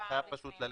אני חייב ללכת,